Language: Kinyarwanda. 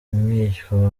umwishywa